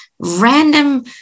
random